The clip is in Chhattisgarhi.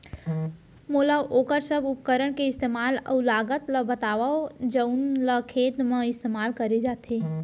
मोला वोकर सब उपकरण के इस्तेमाल अऊ लागत ल बतावव जउन ल खेत म इस्तेमाल करे जाथे?